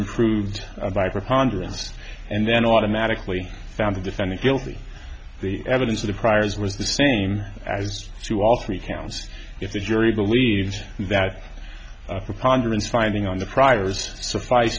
them proved by preponderance and then automatically found the defendant guilty the evidence of the priors was the same as to all three counts if the jury believed that preponderance finding on the priors suffice